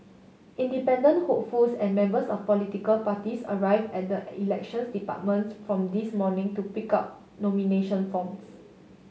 independent hopefuls and members of political parties arrive at the Elections Departments from this morning to pick up nomination forms